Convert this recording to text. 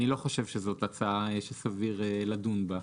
אני לא חושב שזאת הצעה שסביר לדון בה,